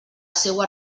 seua